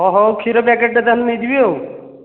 ହଉ ତାହେଲେ କ୍ଷୀର ପ୍ୟାକେଟ୍ଟେ ତାହେଲେ ନେଇଯିବି ଆଉ